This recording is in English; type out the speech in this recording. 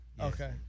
Okay